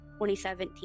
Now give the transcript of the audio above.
2017